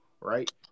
right